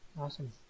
Awesome